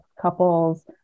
couples